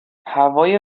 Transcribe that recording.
هوای